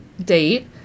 date